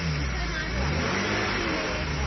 you put it on for about ten to fifteen minutes.